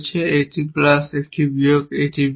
এটি প্লাস এটি বিয়োগ এবং এটি বিয়োগ